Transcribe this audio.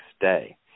day